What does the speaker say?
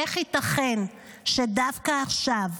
איך ייתכן שדווקא עכשיו,